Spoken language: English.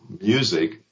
music